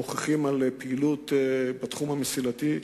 מוכיחים על פעילות בתחום המסילתי.